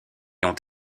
ont